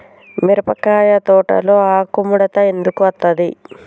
మిరపకాయ తోటలో ఆకు ముడత ఎందుకు అత్తది?